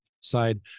side